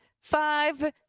Five